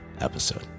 episode